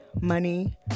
money